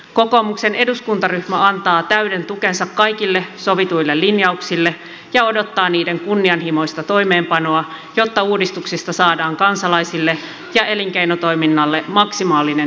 kokoomuksen eduskuntaryhmä antaa täyden tukensa kaikille sovituille linjauksille ja odottaa niiden kunnianhimoista toimeenpanoa jotta uudistuksista saadaan kansalaisille ja elinkeinotoiminnalle maksimaalinen hyöty irti